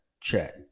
check